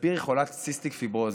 ספיר היא חולת סיסטיק פיברוזיס,